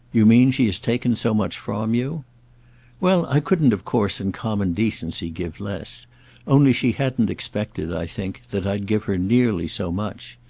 you mean she has taken so much from you well, i couldn't of course in common decency give less only she hadn't expected, i think, that i'd give her nearly so much.